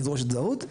לדרוש הזדהות,